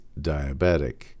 diabetic